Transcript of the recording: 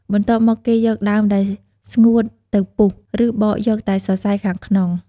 បន្ទាប់មកគេយកដើមដែលស្ងួត ទៅពុះ ឬបកយកតែសរសៃខាងក្នុង។